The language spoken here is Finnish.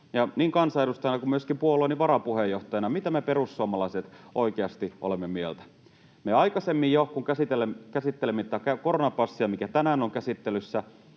niin kansanedustajana kuin myöskin puolueeni varapuheenjohtajana, mitä me perussuomalaiset oikeasti olemme mieltä. Me aikaisemmin jo, kun käsittelimme koronapassia, mikä tänäänkin on käsittelyssä,